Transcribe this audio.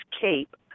cape